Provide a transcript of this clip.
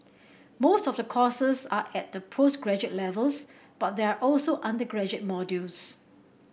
most of the courses are at the postgraduate levels but there are also undergraduate modules